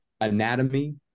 anatomy